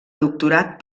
doctorat